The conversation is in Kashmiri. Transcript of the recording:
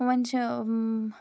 وۄنۍ چھِ